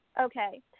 okay